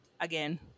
again